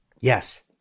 Yes